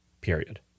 period